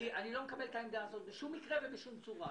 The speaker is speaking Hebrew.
אני לא מקבל את העמדה הזאת בשום מקרה ובשום צורה.